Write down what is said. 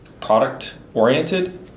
product-oriented